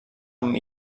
amb